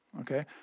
okay